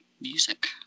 music